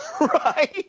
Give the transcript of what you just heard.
Right